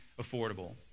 affordable